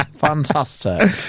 Fantastic